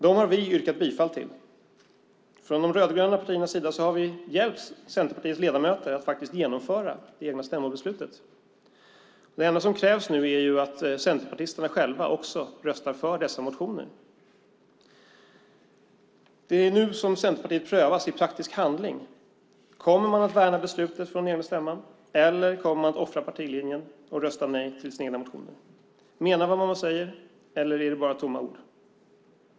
Vi har yrkat bifall till dem. De rödgröna partierna har hjälpt Centerpartiets ledamöter att genomföra det egna stämmobeslutet. Det enda som krävs nu är att centerpartisterna själva också röstar för dessa motioner. Det är nu som Centerpartiet prövas i praktisk handling. Kommer man att värna beslutet från den egna stämman eller kommer man att offra partilinjen och rösta nej till sina egna motioner? Menar man vad man säger eller är det bara tomma ord?